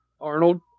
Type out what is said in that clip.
Arnold